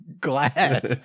glass